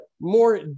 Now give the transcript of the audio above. more